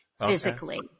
physically